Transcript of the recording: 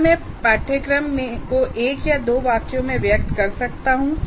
क्या मैं पाठ्यक्रम को १ या २ वाक्यों में व्यक्त कर सकता हूँ